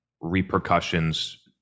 repercussions